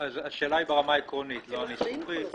השאלה היא ברמה העקרונית, לא הניסוחית.